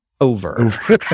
over